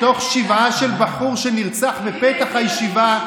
בתוך שבעה של בחור שנרצח בפתח הישיבה.